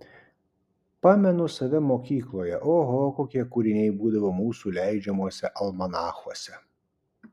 pamenu save mokykloje oho kokie kūriniai būdavo mūsų leidžiamuose almanachuose